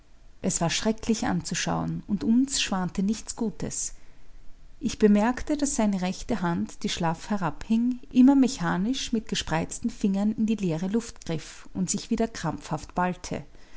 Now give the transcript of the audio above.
es war schrecklich anzuschauen und uns schwante nichts gutes ich bemerkte daß seine rechte hand die schlaff herabhing immer mechanisch mit gespreizten fingern in die leere luft griff und sich wieder krampfhaft ballte